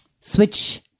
switch